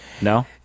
No